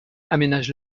aménage